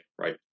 right